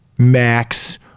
max